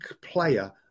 player